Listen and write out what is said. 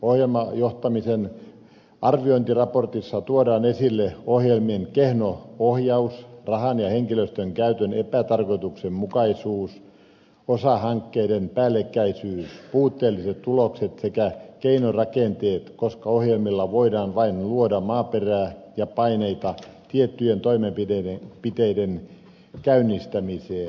ohjelmajohtamisen arviointiraportissa tuodaan esille ohjelmien kehno ohjaus rahan ja henkilöstön käytön epätarkoituksenmukaisuus osahankkeiden päällekkäisyys puutteelliset tulokset sekä keinorakenteet koska ohjelmilla voidaan vain luoda maaperää ja paineita tiettyjen toimenpiteiden käynnistämiseen